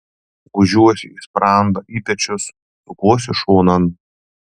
gūžiuosi į sprandą į pečius sukuosi šonan